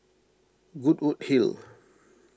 Goodwood Hill